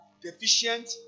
deficient